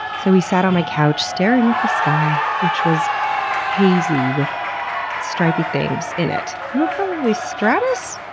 so we sat on my couch, staring at the sky, which was hazy with stripy things in it. they were probably stratus?